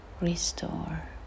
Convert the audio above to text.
restore